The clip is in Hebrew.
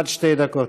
עד שתי דקות.